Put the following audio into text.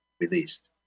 released